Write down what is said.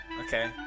okay